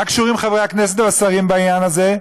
מה קשורים חברי הכנסת והשרים בעניין הזה?